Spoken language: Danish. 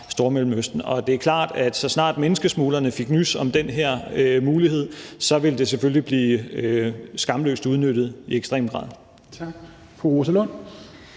Stormellemøsten. Og det er klart, at så snart menneskesmuglerne fik nys om den her mulighed, så ville det selvfølgelig blive skamløst udnyttet, i ekstrem grad.